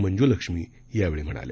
मंजुलक्ष्मी यावेळी म्हणाल्या